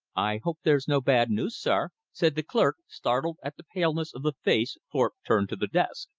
i hope there's no bad news, sir? said the clerk, startled at the paleness of the face thorpe turned to the desk.